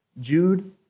Jude